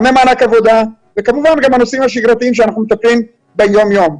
גם במענק עבודה וכמובן גם הנושאים השגרתיים שאנחנו מטפלים בהם יום יום.